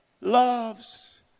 loves